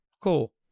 Cool